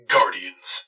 Guardians